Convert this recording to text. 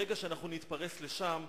ברגע שאנחנו נתפרס לשם,